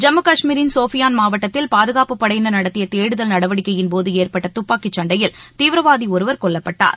ஜம்மு காஷ்மீரின் சோஃபியான் மாவட்டத்தில் பாதுகாப்புப் படையினர் நடத்திய தேடுதல் நடவடிக்கையின்போது ஏற்பட்ட துப்பாக்கிச் சண்டையில் தீவிரவாதி ஒருவர் கொல்லப்பட்டார்